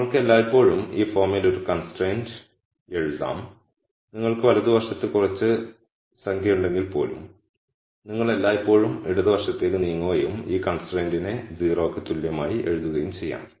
നമ്മൾക്ക് എല്ലായ്പ്പോഴും ഈ ഫോമിൽ ഒരു കൺസ്ട്രൈന്റ് എഴുതാം നിങ്ങൾക്ക് വലതുവശത്ത് കുറച്ച് സംഖ്യയുണ്ടെങ്കിൽപ്പോലും നിങ്ങൾക്ക് എല്ലായ്പ്പോഴും ഇടത് വശത്തേക്ക് നീങ്ങുകയും ഈ കൺസ്ട്രയിന്റ്നെ 0 ന് തുല്യമായി എഴുതുകയും ചെയ്യാം